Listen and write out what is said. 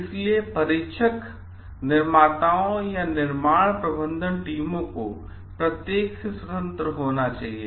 इसलिए परीक्षक निर्माताओं या निर्माण प्रबंधन टीमों को प्रत्येक से स्वतंत्र होना चाहिए